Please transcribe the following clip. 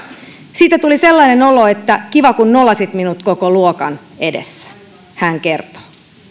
siitä tuli sellainen olo että kiva kun nolasit minut koko luokan edessä hän kertoo